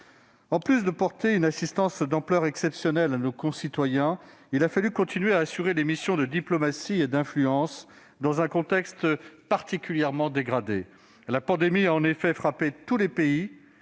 En plus de porter une assistance d'ampleur exceptionnelle à nos concitoyens, il a fallu continuer à assurer les missions de diplomatie et d'influence dans un contexte particulièrement dégradé. La pandémie a en effet frappé tous les pays